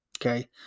Okay